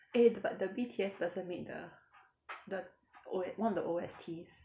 eh but the B_T_S person made the the O_S~ one of the O_S_Ts